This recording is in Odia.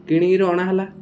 କିଣି କରି ଅଣାହେଲା